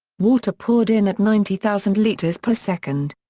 water poured in at ninety thousand litres per second.